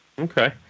Okay